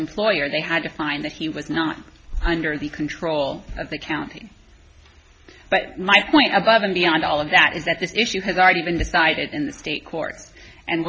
employer they had to find that he was not under the control of the county but my point above and beyond all of that is that this issue has already been decided in the state courts and